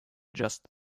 just